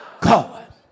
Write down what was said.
God